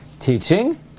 Teaching